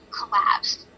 collapsed